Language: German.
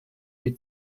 sie